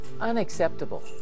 unacceptable